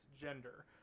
gender